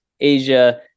Asia